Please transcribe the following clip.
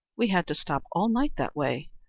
we had to stop all night that way,